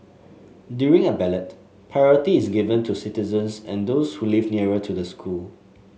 during a ballot priority is given to citizens and those who live nearer to the school